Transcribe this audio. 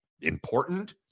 Important